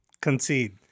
concede